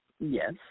Yes